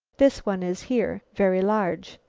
this one is here, very large.